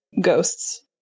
ghosts